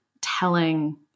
telling